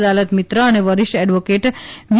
અદાલત મિત્ર અને વરિષ્ઠ એડવોકેટ વી